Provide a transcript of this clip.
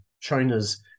China's